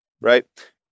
right